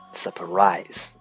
surprise